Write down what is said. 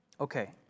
Okay